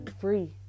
free